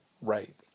right